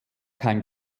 kein